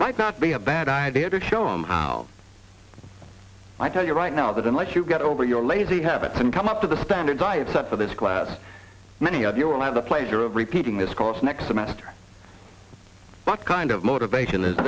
might not be a bad idea to show him how i tell you right now that unless you get over your lazy habits and come up to the standards i've set for this class many of you will have the pleasure of repeating this course next semester what kind of motivation is